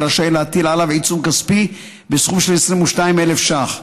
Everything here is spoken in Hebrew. רשאי להטיל עליו עיצום כספי בסכום של 22,000 שקלים.